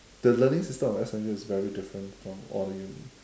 the learning system of S_M_U is very different from all the uni